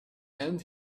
and